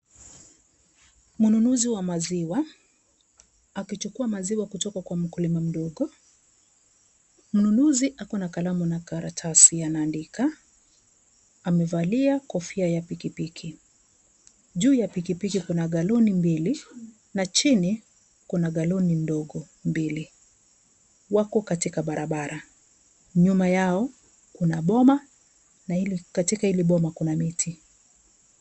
Mnunuzi wa maziwa akichukua maziwa kutoka kwa mkulima mdogo, mnunuzi ako na kalamu na karatasi anaandika, amevalia kofia ya pikipiki. Juu ya pikipiki kuna galoni mbili na chini ya kuna galoni ndogo mbili wako katika barabara nyuma yao kuna boma na katika ile boma kuna miti.